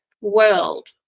world